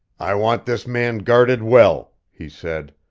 i want this man guarded well, he said.